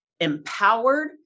empowered